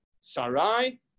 Sarai